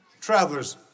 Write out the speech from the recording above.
Travelers